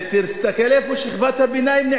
תסתכל לאן נעלמה שכבת הביניים.